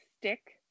stick